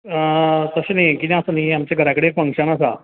तशें न्हय कितें आसा न्हय आमच्या घरा कडेन फंक्शन आसा